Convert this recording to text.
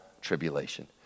tribulation